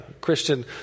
Christian